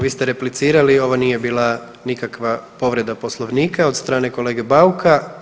Vi ste replicirali, ovo nije bila nikakva povreda Poslovnika od strane kolege Bauka.